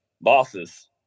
bosses